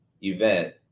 event